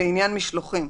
לעניין משלוחים.